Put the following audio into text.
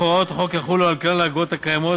הוראות החוק יחולו על כלל האגרות הקיימות